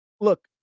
look